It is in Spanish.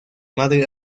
madre